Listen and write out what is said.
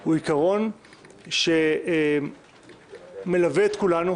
הוא עיקרון שמלווה את כולנו;